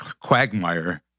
quagmire